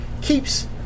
keeps